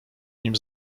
nim